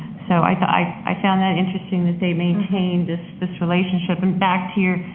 so i i found that interesting that they maintained this this relationship. in fact, here,